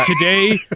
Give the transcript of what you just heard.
today